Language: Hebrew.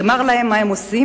במר להם, מה הם עושים?